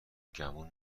گمون